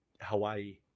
Hawaii